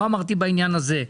לא אמרתי בעניין הזה.